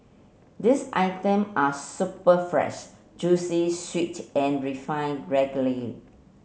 these item are superb fresh juicy sweet and refined regularly